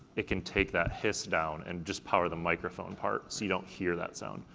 it can take that hiss down and just power the microphone part, so don't hear that sound.